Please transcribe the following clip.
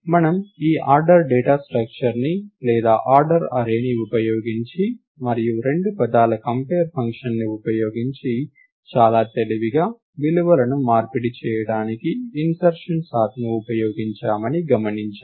మనము ఈ order data స్ట్రక్చర్ని లేదా ఆర్డర్ అర్రేని ఉపయోగించి మరియు రెండు పదాల కంపేర్ ఫంక్షన్ని ఉపయోగించి చాలా తెలివిగా విలువలను మార్పిడి చేయడానికి ఇన్సర్షన్ సార్ట్ ని ఉపయోగించామని గమనించండి